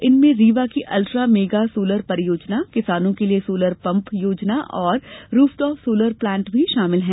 इनमें रीवा की ultra mega solar परियोजना किसानो के लिए सोलपर पंप योजना और रूफटॉप सोलर प्लांट भी शामिल हैं